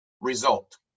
result